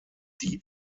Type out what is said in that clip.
die